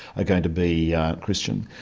are going to be christian.